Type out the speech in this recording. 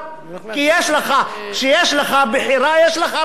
כי כשיש לך בחירה, יש לך ברירה.